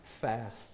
fast